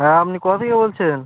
হ্যাঁ আপনি কোথা থেকে বলছেন